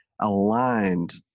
aligned